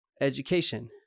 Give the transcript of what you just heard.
education